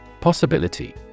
Possibility